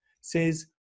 says